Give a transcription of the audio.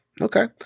Okay